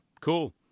Cool